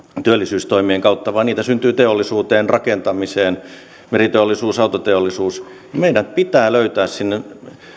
työllisyystoimien kautta vaan niitä syntyy teollisuuteen rakentamiseen meriteollisuus autoteollisuus meidän pitää löytää sinne